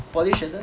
poly 学生